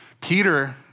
Peter